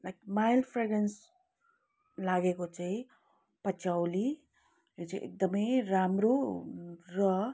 like mild fragrance लागेको चाहिँ patchouli यो चाहिँ एकदमै राम्रो र